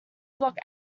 block